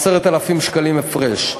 10,000 שקלים הפרש.